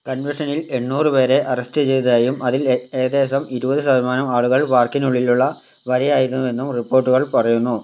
കൺവെൻഷനിൽ എണ്ണൂറ് പേരെ അറസ്റ്റ് ചെയ്തതായും അതിൽ ഏകദേശം ഇരുപത് ശതമാനം ആളുകൾ പാർക്കിനുള്ളിലുള്ള വരുകയായിരുന്നുവെന്നും റിപ്പോർട്ടുകൾ പറയുന്നു